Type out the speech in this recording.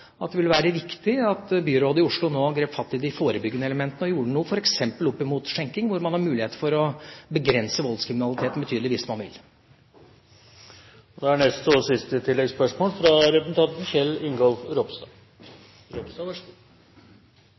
at det ville være viktig at byrådet i Oslo nå grep fatt i de forebyggende elementene og gjorde noe f.eks. opp mot skjenking, hvor man har mulighet for å begrense voldskriminaliteten betydelig hvis man vil.